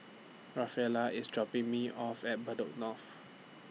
Rafaela IS dropping Me off At Bedok North